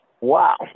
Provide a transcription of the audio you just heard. Wow